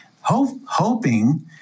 Hoping